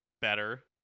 better